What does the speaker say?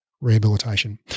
Rehabilitation